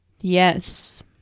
yes